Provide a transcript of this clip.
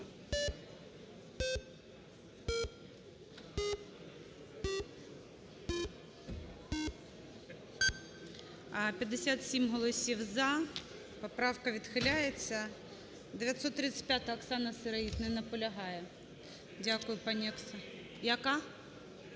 57 голосів "за". Поправка відхиляється. 935-а, Оксана Сироїд. Не наполягає. Дякую, пані Оксана. Яка?